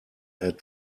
had